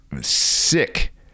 sick